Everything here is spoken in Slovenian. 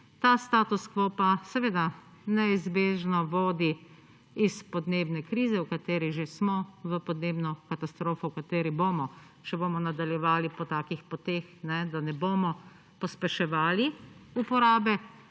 ta status quo pa seveda neizbežno vodi iz podnebne krize, v kateri že smo, v podnebno katastrofo, v kateri bomo, če bomo nadaljevali po takih poteh, da ne bomo pospeševali uporabe